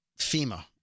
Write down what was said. FEMA